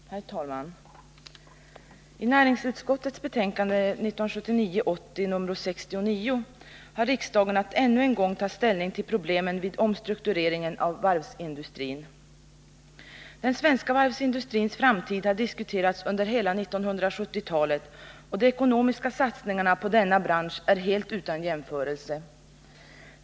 Herr talman! I näringsutskottets betänkande 1979/80:69 har riksdagen att ännu en gång ta ställning till problemen vid omstruktureringen av varvsindustrin. Den svenska varvsindustrins framtid har diskuterats under hela 1970-talet, och de ekonomiska satsningarna på denna bransch är helt utan jämförelse.